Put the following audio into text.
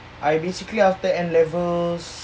I basically after N levels